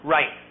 Right